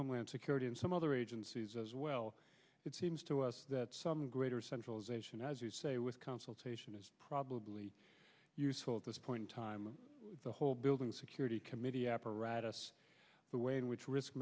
homeland security and some other agencies as well it seems to us that some greater centralization as you say with consultation is probably useful at this point in time the whole building security committee apparatus the way in which risk